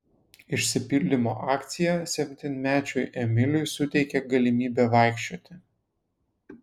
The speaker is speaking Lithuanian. išsipildymo akcija septynmečiui emiliui suteikė galimybę vaikščioti